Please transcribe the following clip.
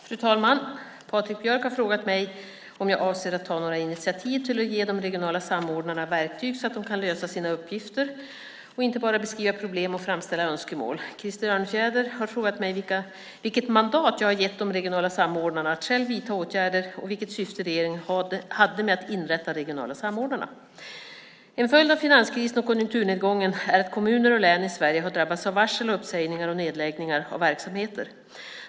Fru talman! Patrik Björck har frågat mig om jag avser att ta några initiativ till att ge de regionala samordnarna verktyg så att de kan lösa sina uppgifter och inte bara beskriva problem och framställa önskemål. Krister Örnfjäder har frågat mig vilket mandat jag har gett de regionala samordnarna att själv vidta åtgärder och vilket syfte regeringen hade med att inrätta de regionala samordnarna. En följd av finanskrisen och konjunkturnedgången är att kommuner och län i Sverige har drabbats av varsel om uppsägningar och nedläggningar av verksamheter.